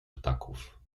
ptaków